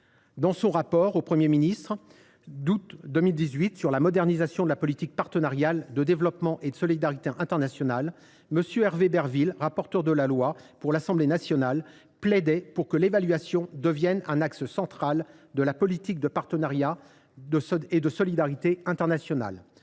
Dans son rapport au Premier ministre d’août 2018 sur la modernisation de la politique partenariale de développement, M. Hervé Berville, rapporteur de la loi du 4 août 2021 à l’Assemblée nationale, plaidait pour que l’évaluation devienne un axe central de notre politique de partenariats et de solidarité internationale.